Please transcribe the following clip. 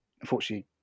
unfortunately